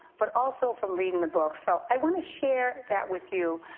but also from reading the book so i want to share that with you,